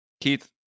Keith